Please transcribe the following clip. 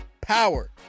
power